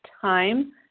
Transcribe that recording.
time